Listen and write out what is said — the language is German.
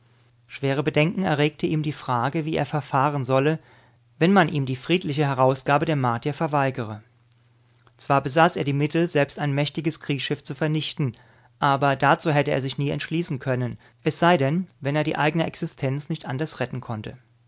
schwere bedenken erregte ihm die frage wie er verfahren solle wenn man ihm die friedliche herausgabe der martier verweigere zwar besaß er die mittel selbst ein mächtiges kriegsschiff zu vernichten aber dazu hätte er sich nie entschließen können es sei denn wenn er die eigene existenz nicht anders retten konnte